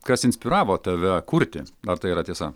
kas inspiravo tave kurti ar tai yra tiesa